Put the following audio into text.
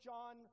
John